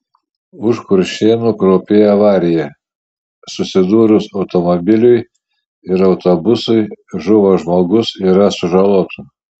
už kuršėnų kraupi avarija susidūrus automobiliui ir autobusui žuvo žmogus yra sužalotų